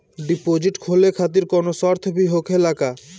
Deposit खोले खातिर कौनो शर्त भी होखेला का?